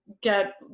get